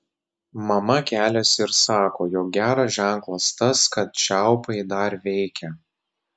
mama keliasi ir sako jog geras ženklas tas kad čiaupai dar veikia